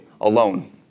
alone